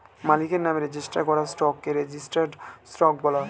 মালিকের নামে রেজিস্টার করা স্টককে রেজিস্টার্ড স্টক বলা হয়